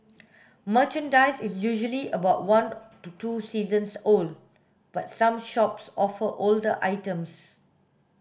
merchandise is usually about one to two seasons old but some shops offer older items